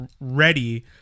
ready